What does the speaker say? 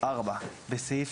בסעיף